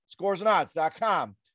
Scoresandodds.com